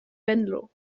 venlo